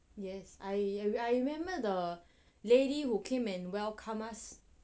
yes I I remember the lady who came and welcome us